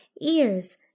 ears